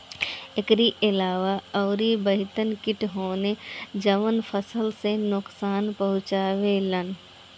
एकरी अलावा अउरी बहते किट होने जवन फसल के नुकसान पहुंचावे लन